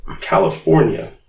California